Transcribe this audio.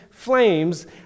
flames